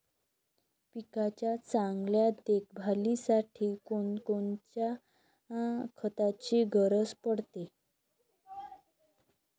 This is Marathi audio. पिकाच्या चांगल्या देखभालीसाठी कोनकोनच्या खताची गरज पडते?